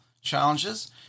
challenges